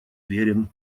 верен